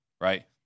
right